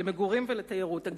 למגורים ולתיירות.